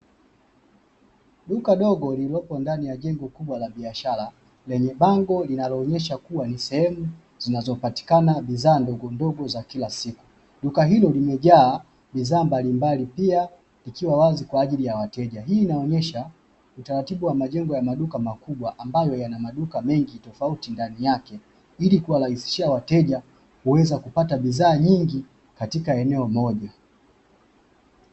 Duka dogo lililopo ndani ya jengo kubwa la biashara lenye bango linaloonesha kuwa ni sehemu zinapopatikana bidhaa ndogo ndogo za kila siku. duka hilo limejaa pia likiwa wazi kwa ajili ya wateja, pia huonesha utaratibu wa majengo makubwa ambayo yana maduka mengi ndani yake ili kuwarahisishia wateja kuweza kupata bidhaa nyingi katika eneo moja.